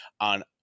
on